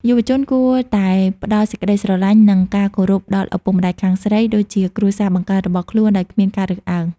យុវជនគួរតែ "ផ្ដល់សេចក្ដីស្រឡាញ់ និងការគោរពដល់ឪពុកម្ដាយខាងស្រី" ដូចជាគ្រួសារបង្កើតរបស់ខ្លួនដោយគ្មានការរើសអើង។